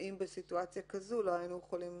האם בסיטואציה כזאת למה לא יכולנו